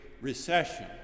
recession